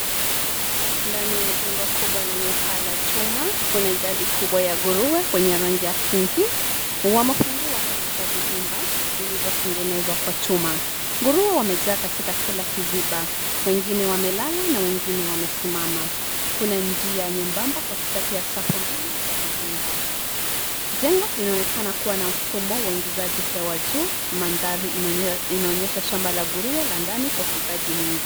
Ndani ya jengo kubwa lenye paa wa chuma kuna idadi kubwa ya nguruwe wenye rangi ya pink . Wamefungiwa katika vizimba vilivyotengenzewa kwa chuma. Nguruwe wamejaa katika kila kizimba, wengine wamelala na wengine wamesimama. Kuna njia nyembaba katikati ya safu mbili za vizimba. Jengo linaonekana kuwa na mfumo wa uingizaji hewa juu, mandhari inaonyesha shamba la nguruwe la ndani kwa ufugaji mingi.